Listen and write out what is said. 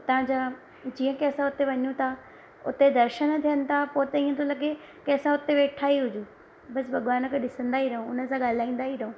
उतां जा जीअं की असां उते वञूं था उते दर्शन थियनि था त ईअं थो लॻे की असां उते वेठा ई हुजूं बसि भॻिवान खे ॾिसंदा ई रहूं उन सां ॻाल्हाईंदा ई रहूं